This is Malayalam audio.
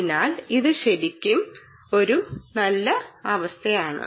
അതിനാൽ ഇത് ശരിക്കും ഒരു നല്ല ആവാസവ്യവസ്ഥയാണ്